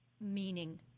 meaning